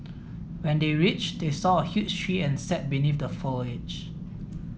when they reached they saw a huge tree and sat beneath the foliage